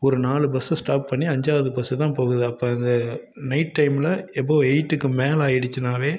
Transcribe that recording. ஒரு நாலு பஸ்ஸை ஸ்டாப் பண்ணி அஞ்சாவது பஸ்ஸு தான் போகுது அப்போ அந்த நைட் டைமில் எபோவ் எய்ட்டுக்கு மேல் ஆகிடுச்சுனாவே